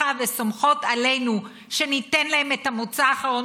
וסומכות עלינו שניתן להן את המוצא האחרון,